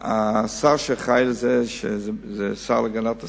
השר שאחראי לזה הוא השר להגנת הסביבה.